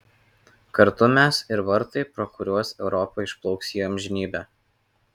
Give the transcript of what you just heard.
kartu mes ir vartai pro kuriuos europa išplauks į amžinybę